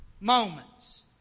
moments